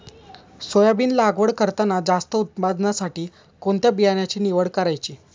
Soybean लागवड करताना जास्त उत्पादनासाठी कोणत्या बियाण्याची निवड करायची?